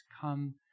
come